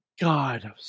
God